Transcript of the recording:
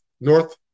north